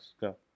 Go